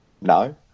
No